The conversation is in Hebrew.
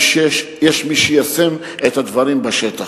לא תמיד יש מי שיישם את הדברים בשטח.